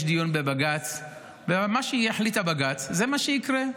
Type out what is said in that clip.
יש דיון בבג"ץ, ומה שיחליט הבג"ץ, זה מה שיקרה.